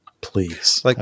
please